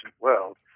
world